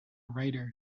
writer